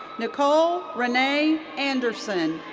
nicole renee anderson.